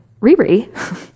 Riri